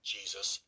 Jesus